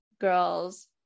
girls